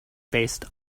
based